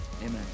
amen